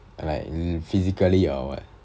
like you physically or what